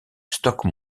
stoke